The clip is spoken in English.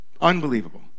unbelievable